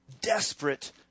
Desperate